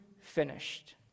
finished